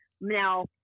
Now